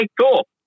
cool